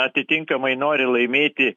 atitinkamai nori laimėti